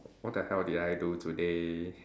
what the hell did I do today